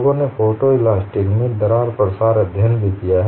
लोगों ने फोटोइलास्टिक में दरार प्रसार अध्ययन किया है